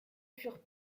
furent